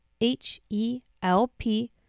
H-E-L-P